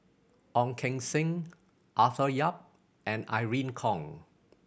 Ong Keng Sen Arthur Yap and Irene Khong